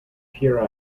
pure